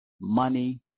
money